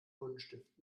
buntstift